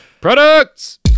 Products